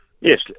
Yes